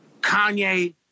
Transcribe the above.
Kanye